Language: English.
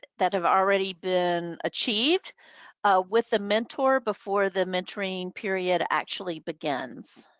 that have already been achieved with a mentor before the mentoring period actually begins?